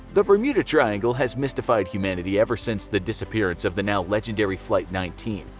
the bermuda triangle has mystified humanity ever since the disappearance of the now legendary flight nineteen,